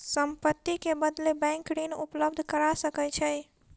संपत्ति के बदले बैंक ऋण उपलब्ध करा सकै छै